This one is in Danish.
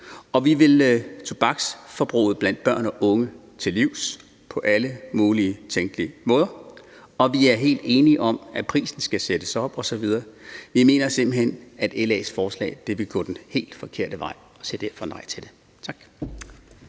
Vi vil tobaksforbruget blandt børn og unge til livs på alle mulige tænkelige måder, og vi er helt enige i, at prisen skal sættes op osv., og vi mener simpelt hen, at LA's forslag vil gå den helt forkerte vej